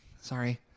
Sorry